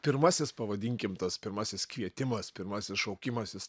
pirmasis pavadinkim tas pirmasis kvietimas pirmasis šaukimasis jis